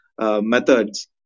methods